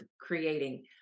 creating